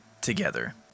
together